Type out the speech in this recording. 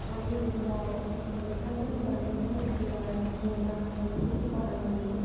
थालिर बिलाइ लेखाजों बानायनाय जिराद मना बेफोरखौ बाहायनायनि